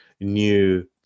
new